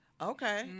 Okay